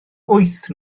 wyth